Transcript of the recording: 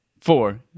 four